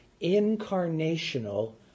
incarnational